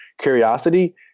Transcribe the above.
curiosity